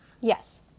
Yes